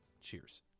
Cheers